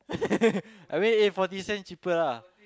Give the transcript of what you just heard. I mean eh forty cent cheaper lah